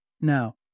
Now